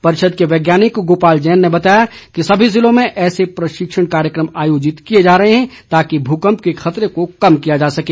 परिषद के वैज्ञानिक गोपाल जैन ने बताया कि सभी जिलों में ऐसे प्रशिक्षण कार्यक्रम आयोजित किए जा रहे हैं ताकि भूकम्प के खतरे को कम किया जा सके